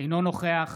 אינו נוכח